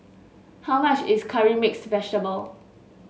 how much is Curry Mixed Vegetable